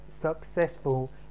successful